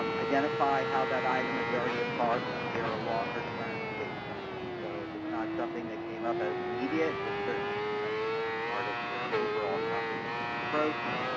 um identify how that item is already a part of your ah longer-term state plan. so, if it's not something that came up as immediate, it would certainly be something that's a part of your overall comprehensive approach,